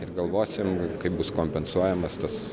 ir galvosim kaip bus kompensuojamas tas